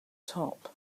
top